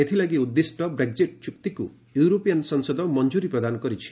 ଏଥିଲାଗି ଉଦ୍ଦିଷ୍ଟ ବ୍ରେକ୍ଜିଟ୍ ଚୁକ୍ତିକୁ ୟୁରୋପିଆନ୍ ସଂସଦ ମଞ୍ଜୁରୀ ପ୍ରଦାନ କରିଛି